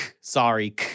Sorry